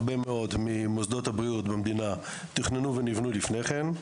הרבה מאוד ממוסדות הבריאות במדינה תוכננו ונבנו לפני כן.